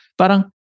parang